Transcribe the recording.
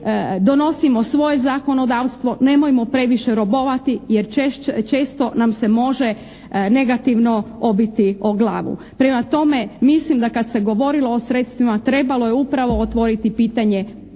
donosimo svoje zakonodavstvo, nemojmo previše robovati jer često nam se može negativno obiti o glavu. Prema tome, mislim da kad se govorilo o sredstvima trebalo je upravo odvojiti pitanje i